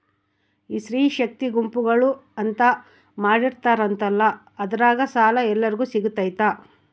ಈ ಸ್ತ್ರೇ ಶಕ್ತಿ ಗುಂಪುಗಳು ಅಂತ ಮಾಡಿರ್ತಾರಂತಲ ಅದ್ರಾಗ ಸಾಲ ಎಲ್ಲರಿಗೂ ಸಿಗತೈತಾ?